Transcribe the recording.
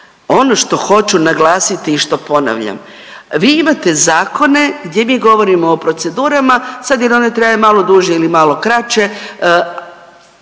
ono što hoću napraviti i što ponavljam, vi imate zakone gdje mi govorimo o procedurama, sad jel ona traje malo duže ili malo kraće